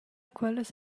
quellas